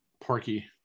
Porky